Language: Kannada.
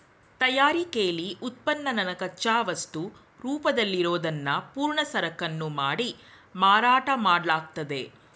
ತಯಾರಿಕೆಲಿ ಉತ್ಪನ್ನನ ಕಚ್ಚಾವಸ್ತು ರೂಪದಲ್ಲಿರೋದ್ನ ಪೂರ್ಣ ಸರಕನ್ನು ಮಾಡಿ ಮಾರಾಟ ಮಾಡ್ಲಾಗ್ತದೆ